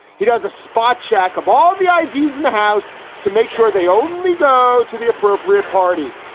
he does a spot check of all the i d. in the house to make sure they only go to the appropriate parties.